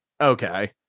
okay